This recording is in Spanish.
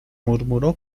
murmuró